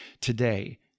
today